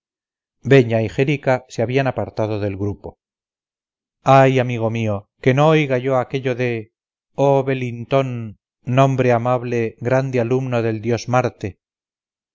y xérica se habían apartado del grupo ay amigo mío que no oiga yo aquello de oh velintón nombre amable grande alumno del dios marte